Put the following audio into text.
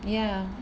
ya